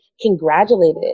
congratulated